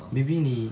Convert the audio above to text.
maybe 你